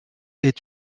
est